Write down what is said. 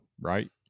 right